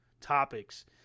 topics